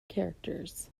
characters